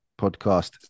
podcast